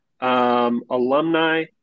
alumni